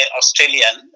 Australian